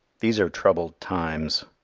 these are troubled times.